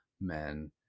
men